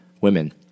women